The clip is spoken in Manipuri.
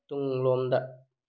ꯇꯨꯡꯂꯣꯝꯗ